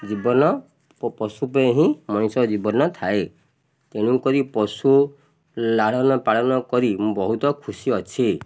ଜୀବନ ଓ ପଶୁ ପାଇଁ ହିଁ ମଣିଷ ଜୀବନ ଥାଏ ତେଣୁକରି ପଶୁ ଲାଳନପାଳନ କରି ମୁଁ ବହୁତ ଖୁସି ଅଛି